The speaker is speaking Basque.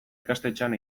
ikastetxean